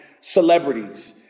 celebrities